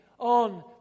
on